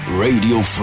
Radio